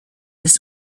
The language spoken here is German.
ist